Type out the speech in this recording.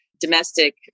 domestic